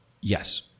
Yes